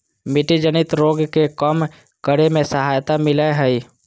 मिट्टी जनित रोग के कम करे में सहायता मिलैय हइ